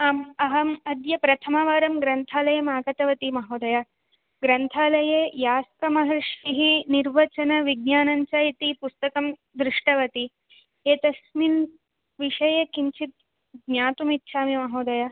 आम् अहम् अद्य प्रथमवारं ग्रन्थालयम् आगतवती महोदय ग्रन्थालये यास्कमहर्षिः निर्वचनविज्ञानञ्च इति पुस्तकं दृष्टवती एतस्मिन् विषये किञ्चित् ज्ञातुमिच्छामि महोदय